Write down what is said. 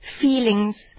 feelings